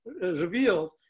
revealed